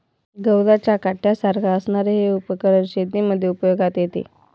गवताच्या काट्यासारख्या असणारे हे उपकरण शेतीमध्ये उपयोगात येते